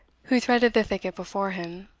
who threaded the thicket before him,